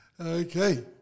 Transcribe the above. Okay